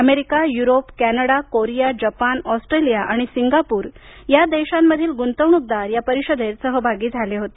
America Europe Canada Korea Japan Australia आणि Singapore या देशांमधील गुंतवणूकदार या परिषदेत सहभागी झाले होते